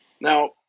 Now